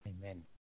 amen